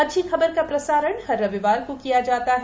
अच्छी खबर का प्रसारण हर रविवार को किया जाता है